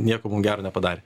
nieko mum gero nepadarė